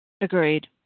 Agreed